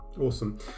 Awesome